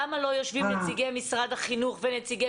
למה לא יושבים נציגי משרד החינוך ונציגי